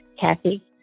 Kathy